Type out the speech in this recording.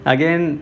Again